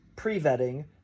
pre-vetting